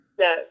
no